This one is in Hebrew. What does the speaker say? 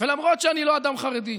ולמרות שאני לא אדם חרדי,